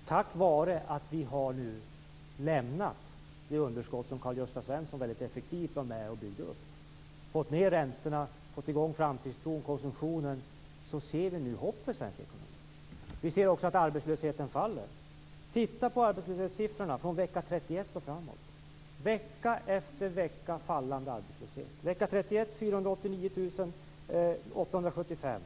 Fru talman! Tack vare att vi nu har lämnat det underskott som Karl-Gösta Svenson väldigt effektivt var med om att bygga upp, fått ned räntorna, fått i gång framtidstron och konsumtionen ser vi nu hopp för svensk ekonomi. Vi ser också att arbetslösheten faller. Titta på arbetslöshetssiffrorna från vecka 31 och framåt! Vecka efter vecka har vi fallande arbetslöshet. Vecka 31 var det 489 875 personer,